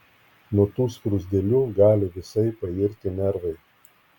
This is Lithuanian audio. nuo tų skruzdėlių gali visai pairti nervai